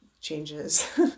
changes